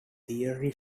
theory